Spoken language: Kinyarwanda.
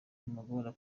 bimugora